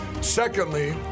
Secondly